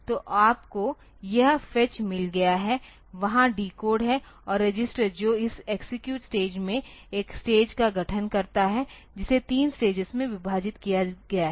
तो आपको यह फेच मिल गया है वहां डिकोड है और रजिस्टर जो इस एक्सेक्यूटे स्टेज में एक स्टेज का गठन करता है जिसे तीन स्टेजेस में विभाजित किया गया है